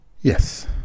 Yes